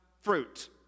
fruit